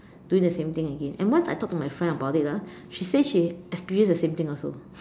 doing the same thing again and once I talked to my friend about it ah she say she experienced the same thing also